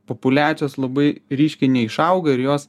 populiacijos labai ryškiai neišauga ir jos